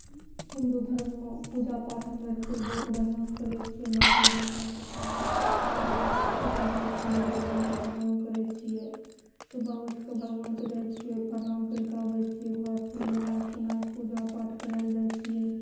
हिन्दू धर्ममे पूजा पाठ हमे आर कुल बहुत बढ़िआँसँ करय छियै मैथिली भाषासँ अपन भगवानके पुकारय छियै भगवानके प्रणाम करय छियै सुबह उठिके भगवानके जाइ छियै प्रणाम करिके आबय छियै घर नहायके पूजा पाठ करय लए जाइ छियै